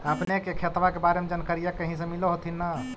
अपने के खेतबा के बारे मे जनकरीया कही से मिल होथिं न?